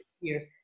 years